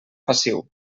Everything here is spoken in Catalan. passiu